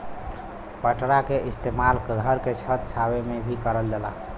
पटरा के इस्तेमाल घर के छत छावे में भी करल जाला